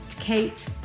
Kate